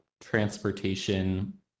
transportation